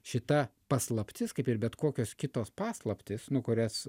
šita paslaptis kaip ir bet kokios kitos paslaptys nu kurias